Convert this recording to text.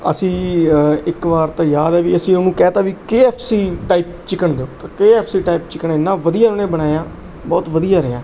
ਅਸੀਂ ਇੱਕ ਵਾਰ ਤਾਂ ਯਾਦ ਹੈ ਵੀ ਅਸੀਂ ਉਹਨੂੰ ਕਹਿ ਤਾਂ ਵੀ K F C type chicken ਦਿਓ ਅਤੇ K F C type chicken ਇੰਨਾ ਵਧੀਆ ਉਹਨੇ ਬਣਾਇਆ ਬਹੁਤ ਵਧੀਆ ਰਿਹਾ